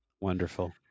Wonderful